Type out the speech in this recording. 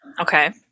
Okay